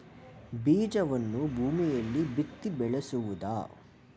ಬೀಜವನ್ನು ಭೂಮಿಯಲ್ಲಿ ಬಿತ್ತಿ ಬೆಳೆಸುವುದಾ?